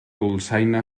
dolçaina